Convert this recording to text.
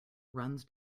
runs